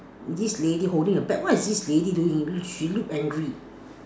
this lady holding a pet what is this lady doing she look angry